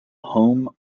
home